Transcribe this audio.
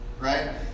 Right